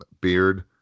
beard